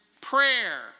prayer